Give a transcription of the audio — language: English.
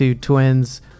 Twins